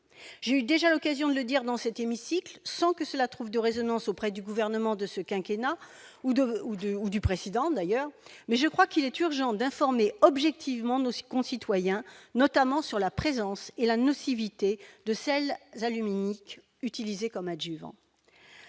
J'ai déjà eu l'occasion de le dire dans cet hémicycle, sans que cela trouve de résonance auprès du gouvernement de ce quinquennat ou du précédent, il est urgent d'informer objectivement nos concitoyens, notamment sur la présence et la nocivité de sels aluminiques utilisés comme adjuvants.